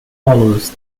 follows